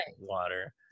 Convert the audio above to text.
water